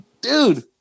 dude